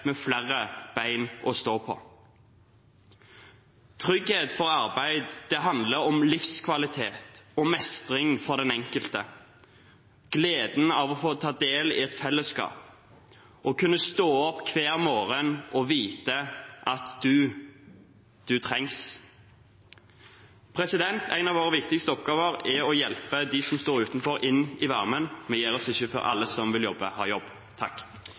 med flere ben å stå på. Trygghet for arbeid handler om livskvalitet og mestring for den enkelte, gleden ved å få ta del i et fellesskap, å kunne stå opp hver morgen og vite at man trengs. En av våre viktigste oppgaver er å hjelpe dem som står utenfor, inn i varmen. Vi gir oss ikke før alle som vil jobbe, har jobb.